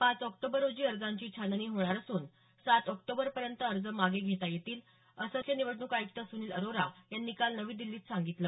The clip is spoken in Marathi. पाच ऑक्टोबर रोजी अर्जांची छाननी होणार असून सात ऑक्टोबरपर्यंत अर्ज मागे घेता येतील असं मुख्य निवडणूक आयुक्त सुनील अरोरा यांनी काल नवी दिल्लीत सांगितलं